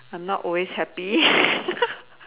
I'm not always happy